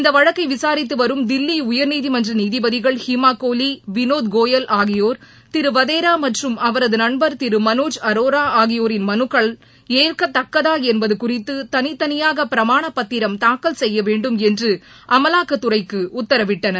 இந்த வழக்கை விசாரித்து வரும் தில்லி உயர்நீதிமன்ற நீதிபதிகள் ஹிமாகோலி வினோத் கோயல் ஆகியோர் திரு வதேரா மற்றும் அவரது நண்பர் திரு மனோஜ் அரோரா ஆகியோரின் மனுக்கள் ஏற்கத்தக்கதா என்பது குறித்து தனித்தனியாக பிரமாணப் பத்திரம் தாக்கல் செய்ய வேண்டும் என்று அமலாக்கத் துறைக்கு உத்தரவிட்டனர்